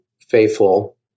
faithful